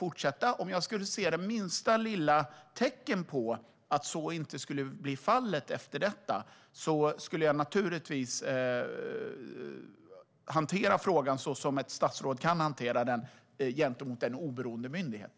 Om jag skulle se minsta lilla tecken på att så inte skulle bli fallet skulle jag naturligtvis hantera denna fråga som ett statsråd kan hantera den gentemot en oberoende myndighet.